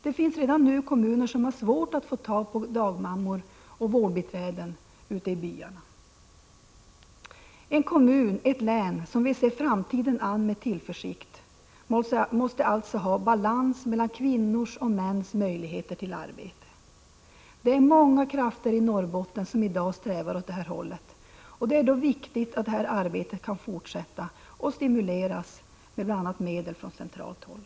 Det finns redan nu kommuner som har svårt att få tag på dagmammor och vårdbiträden ute i byarna. En kommun och ett län som vill se framtiden an med tillförsikt måste ha balans mellan kvinnors och mäns möjlighet till arbete. Det är många krafter i Norrbotten som i dag verkar åt detta håll, och det är då viktigt att det arbetet kan fortsätta och att det stimuleras med bl.a. medel från centralt håll.